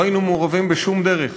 לא היינו מעורבים בשום דרך.